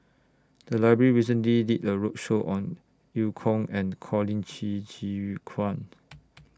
The Library recently did A roadshow on EU Kong and Colin Qi Zhe Quan